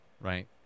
right